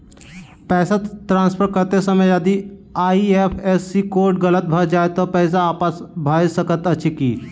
पैसा ट्रान्सफर करैत समय यदि आई.एफ.एस.सी कोड गलत भऽ जाय तऽ पैसा वापस भऽ सकैत अछि की?